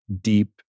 deep